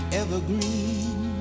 evergreen